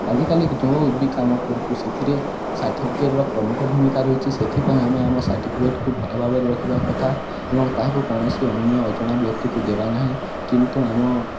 ଆଜିକାଲି ଯୋଉଁ ବିି କାମ କରୁଛୁ ସେଥିରେ ସାର୍ଟିଫିକେଟ୍ର ପ୍ରମୁଖ ଭୂମିକା ରହିଛି ସେଥିପାଇଁ ଆମେ ଆମ ସାର୍ଟିଫିକେଟ୍କୁ ଭଲ ଭାବରେ ରଖିବା କଥା ଏବଂ ତାହାକୁ କୌଣସି ଅନ୍ୟ ଅଜଣା ବ୍ୟକ୍ତିକୁ ଦେବା ନାହିଁ କିନ୍ତୁ ଆମ